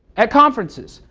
at conferences,